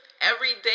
everyday